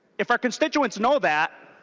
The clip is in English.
if our constituents know that